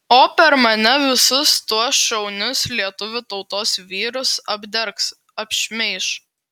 o per mane visus tuos šaunius lietuvių tautos vyrus apdergs apšmeiš